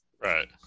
Right